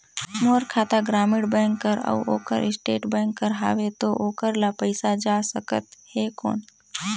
मोर खाता ग्रामीण बैंक कर अउ ओकर स्टेट बैंक कर हावेय तो ओकर ला पइसा जा सकत हे कौन?